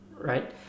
right